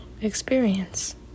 experience